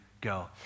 go